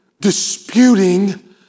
disputing